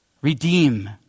Redeem